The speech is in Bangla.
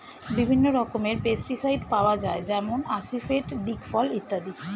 বিভিন্ন রকমের পেস্টিসাইড পাওয়া যায় যেমন আসিফেট, দিকফল ইত্যাদি